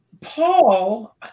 Paul